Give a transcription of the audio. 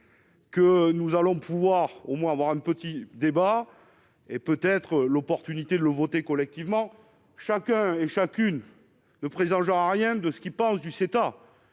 Que nous allons pouvoir au moins avoir un petit débat et peut-être l'opportunité de le voter collectivement, chacun et chacune le président Jean rien de ce qu'il pense du 7